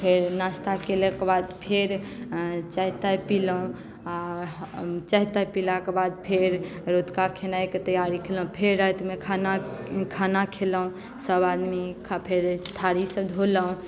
फेर नाश्ता केलाके बाद फेर चाय ताय पीलहुँ आ चाय ताय पीलाक बाद फेर रतुका खेनाइके तैआरी केलहुँ फेर रातिमे खाना खाना खेलहुँ सभआदमी फेर थारीसभ धोलहुँ